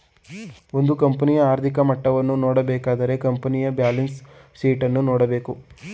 ಒಂದು ಕಂಪನಿಯ ಆರ್ಥಿಕ ಮಟ್ಟವನ್ನು ನೋಡಬೇಕಾದರೆ ಕಂಪನಿಯ ಬ್ಯಾಲೆನ್ಸ್ ಶೀಟ್ ಅನ್ನು ನೋಡಬೇಕು